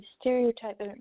stereotype